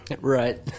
Right